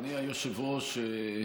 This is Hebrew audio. אדוני היושב-ראש,